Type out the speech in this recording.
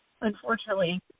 Unfortunately